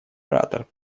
оратор